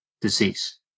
disease